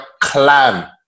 clan